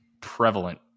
prevalent